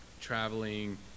traveling